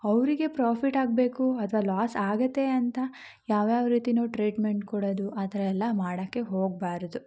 ಅವರಿಗೆ ಪ್ರಾಫಿಟ್ ಆಗಬೇಕು ಅಥ್ವ ಲಾಸ್ ಆಗುತ್ತೆ ಅಂತ ಯಾವ್ಯಾವ ರೀತಿನೋ ಟ್ರೀಟ್ಮೆಂಟ್ ಕೊಡೋದು ಆ ಥರ ಎಲ್ಲ ಮಾಡೋಕ್ಕೆ ಹೋಗಬಾರ್ದು